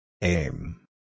Aim